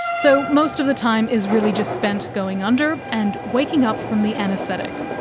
so most of the time is really just spent going under and waking up from the anaesthetic.